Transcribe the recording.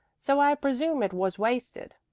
so i presume it was wasted.